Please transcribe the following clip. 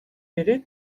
beri